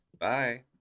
Bye